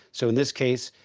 so in this case,